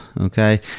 okay